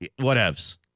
Whatevs